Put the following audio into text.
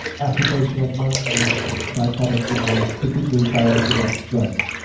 application of mindfulness by kabat-zinn was particularly directed at stress.